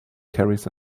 carries